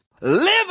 live